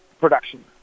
production